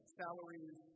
salaries